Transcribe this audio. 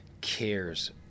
cares